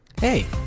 Hey